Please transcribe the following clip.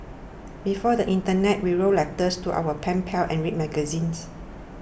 before the internet we wrote letters to our pen pals and read magazines